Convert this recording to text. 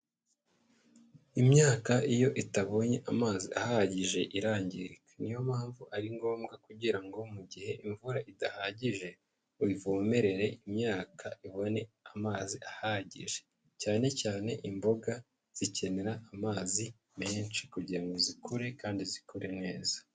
Imyaka iyo itabonye amazi ahagije irangirika, niyo mpamvu ari ngombwa kugira ngo mu gihe imvura idahagije uvomerere imyaka ibone amazi ahagije, cyane cyane imboga zikenera amazi menshi kugira ngo zikure kandi zikure neza.